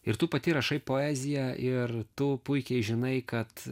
ir tu pati rašai poeziją ir tu puikiai žinai kad